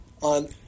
on